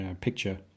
picture